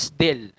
deal